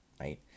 right